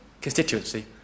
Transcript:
constituency